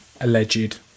alleged